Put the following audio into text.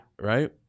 Right